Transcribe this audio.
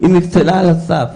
היא נפסלה על הסף.